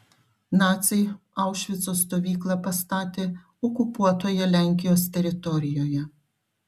naciai aušvico stovyklą pastatė okupuotoje lenkijos teritorijoje